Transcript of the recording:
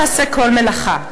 לא תעשה כל מלאכה"